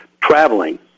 traveling